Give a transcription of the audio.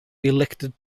elected